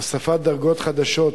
הוספת דרגות חדשות